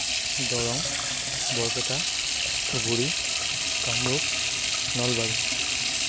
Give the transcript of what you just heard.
Darrang Barpeta Dhubri Kamrup Nalbari